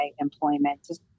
employment